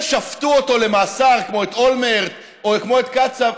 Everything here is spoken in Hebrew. לא שפטו אותו למאסר, כמו את אולמרט או כמו את קצב.